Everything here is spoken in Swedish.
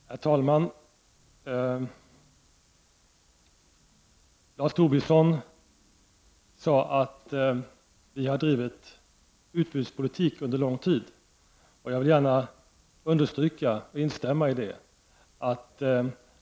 Herr talman! Lars Tobisson sade att vi har drivit utbudspolitik under lång tid, och jag vill gärna instämma i det.